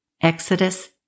Exodus